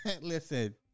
Listen